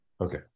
Okay